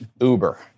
Uber